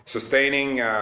Sustaining